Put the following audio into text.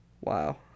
Wow